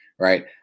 right